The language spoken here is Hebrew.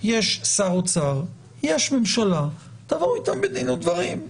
יש שר אוצר, יש ממשלה, תבואו איתם בדין ודברים.